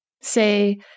Say